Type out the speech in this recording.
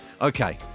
Okay